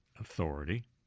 authority